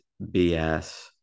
BS